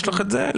יש לך את זה?